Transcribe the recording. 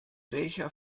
welcher